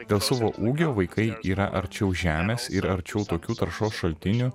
dėl savo ūgio vaikai yra arčiau žemės ir arčiau tokių taršos šaltinių